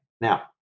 Now